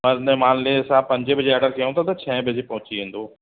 हलु ने मान ले असां पंजें बजे आर्डर कयूं था त छहें बजे पहुची वेंदो